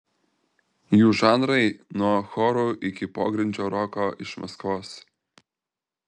jų žanrai nuo chorų iki pogrindžio roko iš maskvos